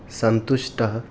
सन्तुष्टः